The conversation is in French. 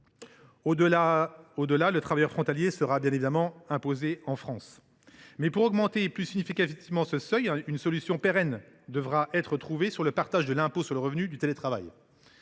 Au delà, le travailleur frontalier sera, bien évidemment, imposé en France. Pour augmenter plus significativement ce seuil, une solution pérenne devra toutefois être trouvée sur le partage de l’impôt sur le revenu du télétravail,